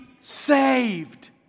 saved